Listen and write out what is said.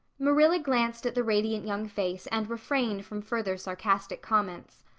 marilla glanced at the radiant young face and refrained from further sarcastic comments.